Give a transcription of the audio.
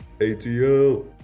ATL